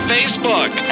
Facebook